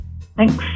Thanks